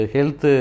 Health